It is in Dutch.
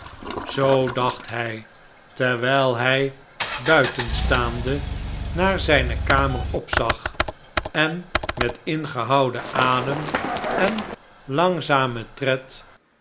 zoo dacht hij terwijl hij buiten staande naar zijne kamer opzag en met ingehouden adem en langzamen tred